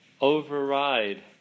override